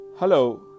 Hello